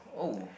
oh